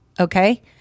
Okay